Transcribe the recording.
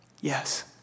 Yes